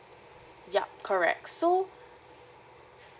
yup correct so